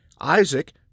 Isaac